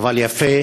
אבל יפה.